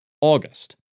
August